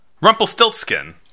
Rumpelstiltskin